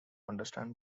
understand